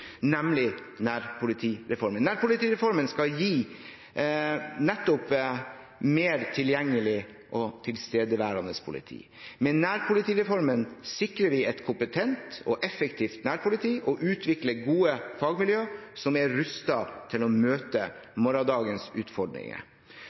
nemlig nærpolitireformen. Nærpolitireformen skal gi nettopp mer tilgjengelig og tilstedeværende politi. Med nærpolitireformen sikrer vi et kompetent og effektivt nærpoliti og utvikler gode fagmiljøer som er rustet til å møte